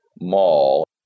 mall